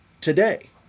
today